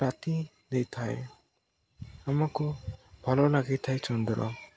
ରାତି ଦେଇଥାଏ ଆମକୁ ଭଲ ଲାଗି ଥାଏ ଚନ୍ଦ୍ର